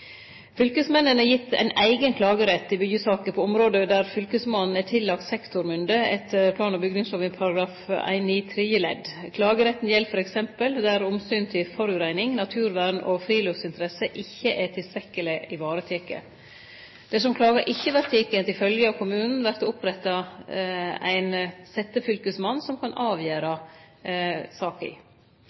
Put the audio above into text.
eigen klagerett i byggjesaker på område der fylkesmannen er tillagd sektormynde etter plan- og bygningslova § 1-9 tredje ledd. Klageretten gjeld f.eks. der omsynet til forureining, naturvern og friluftsinteresser ikkje er tilstrekkeleg vareteke. Dersom klaga ikkje vert teken til følgje av kommunen, vert det oppretta ein settefylkesmann som kan avgjere saka.